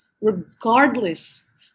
regardless